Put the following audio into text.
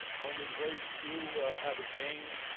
only very few have a gain.